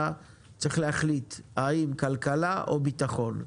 אתה צריך להחליט האם כלכלה או ביטחון.